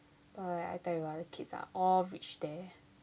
but I tell you ah the kids are all rich there of which there